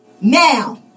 now